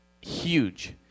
Huge